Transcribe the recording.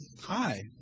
hi